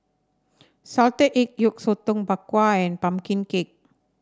Salted Egg Yolk Sotong Bak Kwa and pumpkin cake